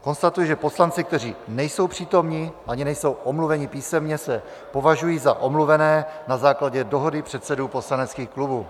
Konstatuji, že poslanci, kteří nejsou přítomni ani nejsou omluveni písemně, se považují za omluvené na základě dohody předsedů poslaneckých klubů.